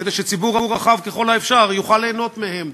כדי שציבור רחב ככל האפשר יוכל ליהנות מהם.